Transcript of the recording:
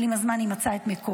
אבל עם הזמן היא מצאה את מקומה,